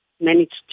managed